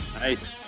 Nice